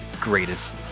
greatest